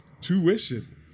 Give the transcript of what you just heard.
tuition